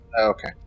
Okay